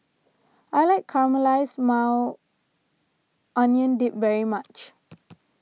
I like Caramelized Maui Onion Dip very much